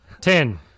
Ten